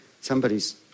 somebody's